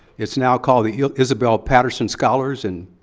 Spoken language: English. it's now called the isabel patterson scholars, and